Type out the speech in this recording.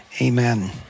Amen